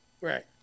right